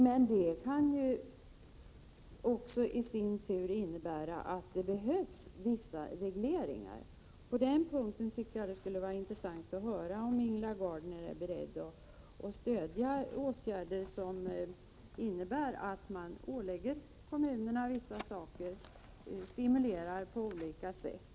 Men detta kan i sin tur innebära att det behövs vissa regleringar. På den punkten vore det intressant att höra om Ingela Gardner är beredd att stödja åtgärder, som innebär att man ålägger kommunerna vissa uppdrag och stimulerar på olika sätt.